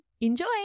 Enjoy